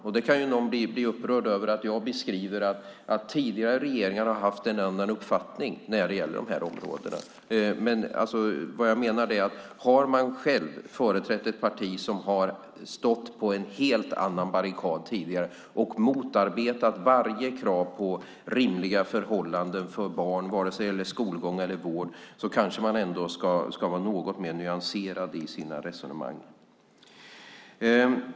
Det är klart att någon kan bli upprörd över att jag beskriver att tidigare regeringar har haft en annan uppfattning när det gällt de här områdena, men vad jag menar är att om man själv har företrätt ett parti som tidigare har stått på en helt annan barrikad och motarbetat varje krav på rimliga förhållanden för barn, vare sig det gällt skolgång eller vård, kanske man ändå ska vara något mer nyanserad i sina resonemang.